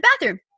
bathroom